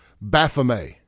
Baphomet